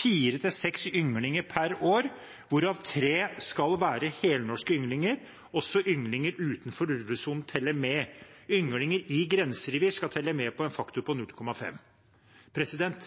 4–6 ynglinger per år, hvorav 3 skal være helnorske ynglinger, også ynglinger utenfor ulvesonen teller med. Ynglinger i grenserevir skal telle med på en faktor på 0,5.»